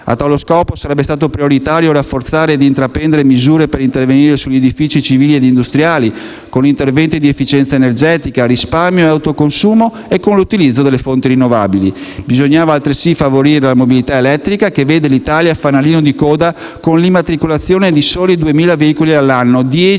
A tale scopo sarebbe stato prioritario rafforzare e intraprendere misure per intervenire sugli edifici civili e industriali, con interventi di efficienza energetica, risparmio e autoconsumo e con l'utilizzo di fonti rinnovabili. Bisognava altresì favorire la mobilità elettrica, che vede l'Italia fanalino di coda con l'immatricolazione di soli 2.000 veicoli all'anno (10